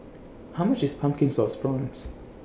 How much IS Pumpkin Sauce Prawns